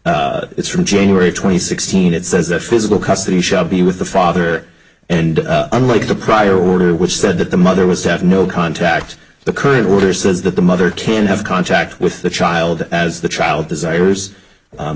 that it's from january twenty sixth seen it says that physical custody shall be with the father and unlike the prior order which said that the mother was to have no contact the current order says that the mother can have contact with the child as the child desires